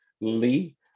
Lee